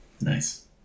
Nice